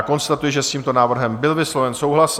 Konstatuji, že s tímto návrhem byl vysloven souhlas.